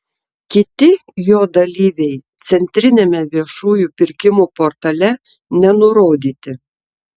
kiti jo dalyviai centriniame viešųjų pirkimų portale nenurodyti